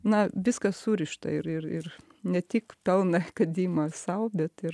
na viskas surišta ir ir ne tik pelną kad ima sau bet ir